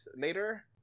later